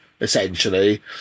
essentially